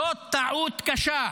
זאת טעות קשה.